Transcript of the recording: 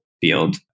field